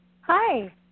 Hi